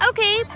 Okay